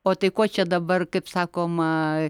o tai ko čia dabar kaip sakoma